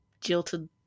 jilted